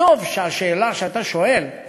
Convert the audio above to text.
וטוב שהשאלה שאתה שואל היא